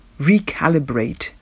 recalibrate